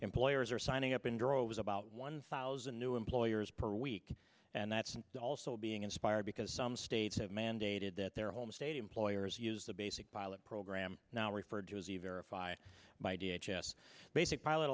employers are signing up in droves about one thousand new employers per week and that's also being inspired because some states have mandated that their home state employers use the basic pilot program now referred to as a verify my d h s basic pilot